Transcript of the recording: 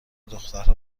دخترها